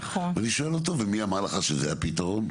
ואני שואל אותו, ומי אמר לך שזה הפתרון?